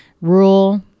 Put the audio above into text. rural